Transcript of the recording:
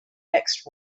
next